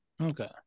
Okay